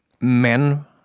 men